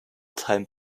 time